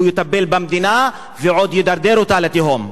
הוא יטפל במדינה ועוד ידרדר אותה לתהום.